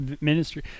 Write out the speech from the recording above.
ministry